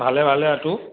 ভালে ভালে তোৰ